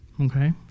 okay